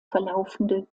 verlaufende